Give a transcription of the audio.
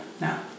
no